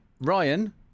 Ryan